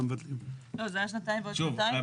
זה היה שנתיים ועוד שנתיים.